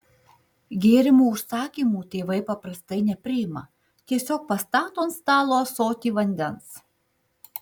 gėrimų užsakymų tėvai paprastai nepriima tiesiog pastato ant stalo ąsotį vandens